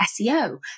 SEO